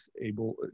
able